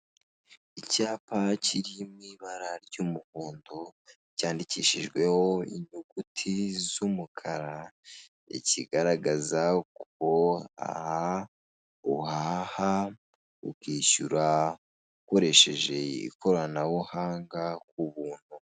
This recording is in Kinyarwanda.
Icyapa kiri mu ibara ry'umuhondo cyandikishijweho inyuguti z'umukara, ikigaragaza ko aha uhaha ukishyura ukoresheje ikoranabuhanga ku buntu.